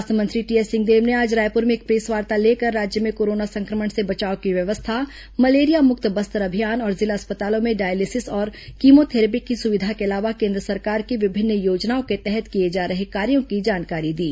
स्वास्थ्य मंत्री टीएस सिंहदेव ने आज रायपुर में एक प्रेसवार्ता लेकर राज्य में कोरोना संक्रमण से बचाव की व्यवस्था मलेरिया मुक्त बस्तर अभियान और जिला अस्पतालों में डायलिसिस और कीमोथैरेपी की सुविधा के अलावा केन्द्र सरकार की विभिन्न योजनाओं के तहत किए जा रहे कार्यों की जानकारी दी